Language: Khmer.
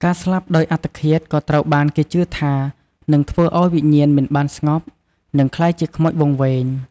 ការស្លាប់ដោយអត្តឃាតក៏ត្រូវបានគេជឿថានឹងធ្វើឲ្យវិញ្ញាណមិនបានស្ងប់ និងក្លាយជាខ្មោចវង្វេង។